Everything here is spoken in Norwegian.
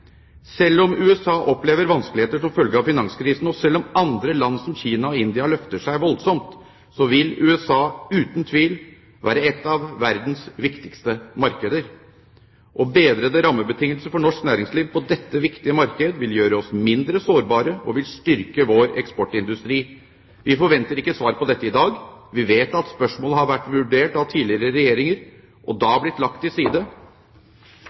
Selv om USA opplever vanskeligheter som følge av finanskrisen – og selv om andre land, som Kina og India, løfter seg voldsomt – så vil USA uten tvil være ett av verdens viktigste markeder. Og bedrede rammebetingelser for norsk næringsliv på dette viktige markedet vil gjøre oss mindre sårbare og styrke vår eksportindustri. Vi forventer ikke et svar på dette i dag. Vi vet at spørsmålet har vært vurdert av tidligere regjeringer og er blitt lagt til side.